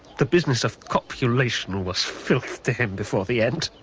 the business of copulation was filth to him before the end.